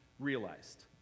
realized